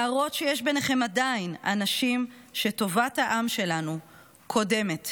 להראות שיש ביניכם עדיין אנשים שטובת העם שלנו קודמת